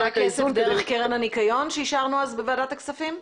זה הכסף דרך קרן הניקיון שאישרנו בוועדת הכספים?